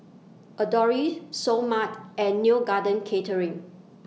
Adore Seoul Mart and Neo Garden Catering